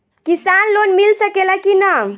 किसान लोन मिल सकेला कि न?